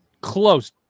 Close